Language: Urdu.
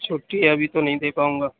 چُھٹی ابھی تو نہیں دے پاؤں گا